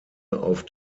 auf